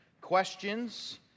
questions